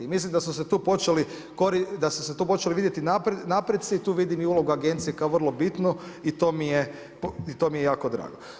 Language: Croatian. Mislim da su se tu počeli vidjeti napreci i tu vidim ulogu agenciju kao vrlo bitnu i to mi je jako drago.